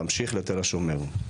תמשיך לתל השומר,